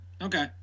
Okay